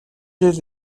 жил